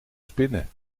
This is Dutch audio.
spinnen